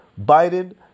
Biden